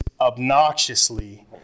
obnoxiously